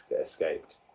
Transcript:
escaped